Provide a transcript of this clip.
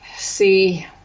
see